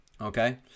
okay